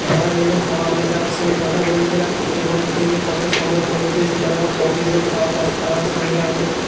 ভাড়া নেবেন তাও আমি তার সঙ্গে কথা বলে নিয়েছিলাম এবং তিনি কত সময়ের মধ্যে সেই জায়াগায় আমায় পৌঁছে দেবেন তাও তার সঙ্গে আমি